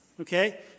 Okay